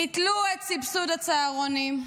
ביטלו את סבסוד הצהרונים,